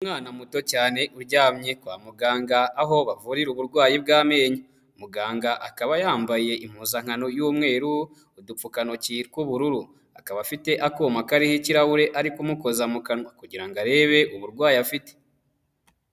Umwana muto cyane uryamye kwa muganga aho bavurira uburwayi bw'amenyo, muganga akaba yambaye impuzankano y'umweru, udupfukantoki tw'ubururu, akaba afite akuma kariho ikirahure ari kumukoza mukanwa, kugira ngo arebe uburwayi afite.